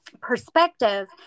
perspective